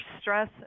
stress